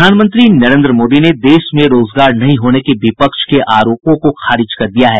प्रधानमंत्री नरेन्द्र मोदी ने देश में रोजगार नहीं होने के विपक्ष के आरोपों को खारिज कर दिया है